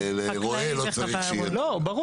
הרועה לא צריך שיהיה --- ברור,